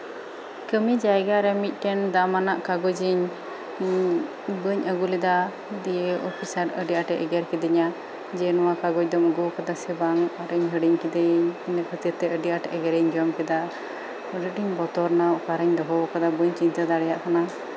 ᱠᱟᱹᱢᱤ ᱡᱟᱭᱜᱟ ᱨᱮ ᱢᱤᱫᱴᱮᱱ ᱫᱟᱢᱟᱱ ᱠᱟᱜᱚᱡᱤᱧ ᱵᱟᱹᱧ ᱟᱹᱜᱩᱞᱮᱫᱟ ᱫᱤᱭᱮ ᱚᱯᱷᱤᱥᱟᱨ ᱟᱹᱰᱤ ᱟᱸᱴᱮᱭ ᱮᱜᱮᱨ ᱠᱤᱫᱤᱧᱟ ᱡᱮ ᱱᱚᱶᱟ ᱠᱟᱜᱚᱡ ᱫᱚᱢ ᱟᱜᱩᱣᱟᱠᱟᱫᱟ ᱥᱮ ᱵᱟᱝ ᱚᱠᱟᱨᱤᱧ ᱦᱤᱲᱤᱧ ᱠᱮᱫᱟ ᱤᱱᱟᱹ ᱠᱷᱟᱹᱛᱤᱨ ᱛᱮ ᱟᱹᱰᱤ ᱟᱸᱴ ᱮᱜᱮᱨᱤᱧ ᱡᱚᱢ ᱠᱮᱫᱟ ᱟᱹᱰᱤ ᱟᱸᱴᱤᱧ ᱵᱚᱛᱚᱨᱮᱱᱟ ᱚᱠᱟᱨᱤᱧ ᱫᱚᱦᱚ ᱟᱠᱟᱫᱟ ᱵᱟᱹᱧ ᱪᱤᱱᱛᱟᱹ ᱫᱟᱲᱮᱣᱟᱜ ᱠᱟᱱᱟ